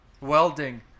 welding